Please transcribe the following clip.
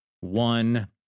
One